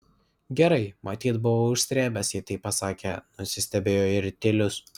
gerai matyt buvo užsrėbęs jei taip pasakė nusistebėjo ir tilius